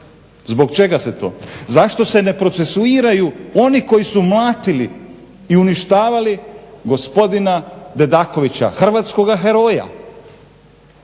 zbog čega je to? Zašto se ne procesuiraju oni koji su mlatili i uništavali gospodina Dedakovića hrvatskoga heroja?